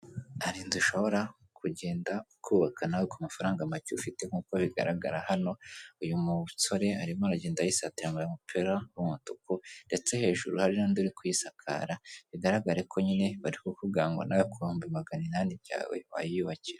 Hari inzu ushobora kugenda ukubaka nawe ku mafaranga make ufite, nk'uko bigaragara hano uyu musore arimo aragenda ayisakara yambaye umupira w'umutuku, ndetse hejuru hari n'undi uri kuyisakara, bigaragare ko nyine bari kukubwira ngo nawe ku bihumbi magana inani byawe wayiyubakira.